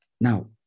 Now